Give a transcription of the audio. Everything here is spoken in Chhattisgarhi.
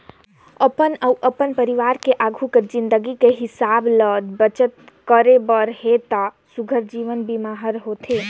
अपन अउ अपन परवार के आघू के जिनगी के हिसाब ले बचत करे बर हे त सुग्घर जीवन बीमा हर होथे